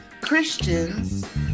Christians